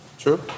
True